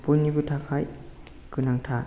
बयनिबो थाखाय गोनांथार